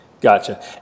Gotcha